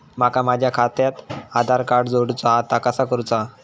माका माझा खात्याक आधार कार्ड जोडूचा हा ता कसा करुचा हा?